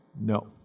No